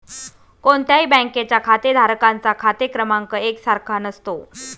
कोणत्याही बँकेच्या खातेधारकांचा खाते क्रमांक एक सारखा नसतो